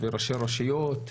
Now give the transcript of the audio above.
וראשי הרשויות.